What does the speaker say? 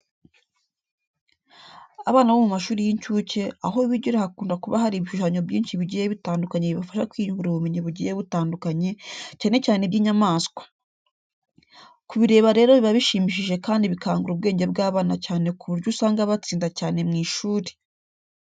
Abana bo mu mashuri y'incuke, aho bigira hakunda kuba hari ibishushanyo byinshi bigiye bitandukanye bibafasha kwiyungura ubumenyi bugiye butandukanye, cyane cyane iby'inyamaswa. Kubireba rero biba bishimishije kandi bikangura ubwenge bw'abana cyane ku buryo usanga batsinda cyane mu ishuri.